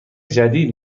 جدید